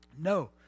No